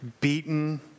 beaten